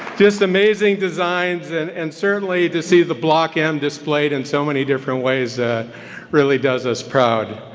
just amazing designs and and certainly to see the block m displayed in so many different ways ah really does us proud,